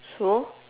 so